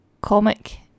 comic